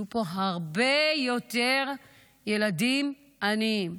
יהיו פה הרבה יותר ילדים עניים.